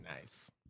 Nice